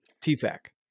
T-FAC